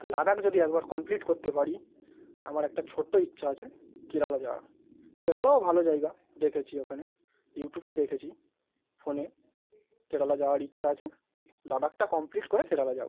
আর লাদাখ যদি একবার কমপ্লিট করতে পারি আমার একটা ছোট্ট ইচ্ছা আছে কেরালা যাওয়ার কেরালাও ভালো জায়গা দেখেছি ওখানে ইউটিউবে দেখেছি ফোনে কেরালা যাওয়ার ইচ্ছা আছে কে লাদাখটা কমপ্লিট করে কেরালা যাবো